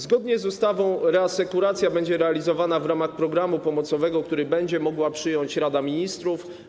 Zgodnie z ustawą reasekuracja będzie realizowana w ramach programu pomocowego, który będzie mogła przyjąć Rada Ministrów.